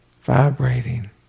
vibrating